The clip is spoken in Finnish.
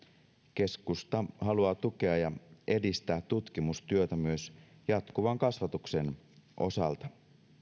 keskusta haluaa tukea ja edistää tutkimustyötä osana tätä myös jatkuvan kasvatuksen osalta